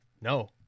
No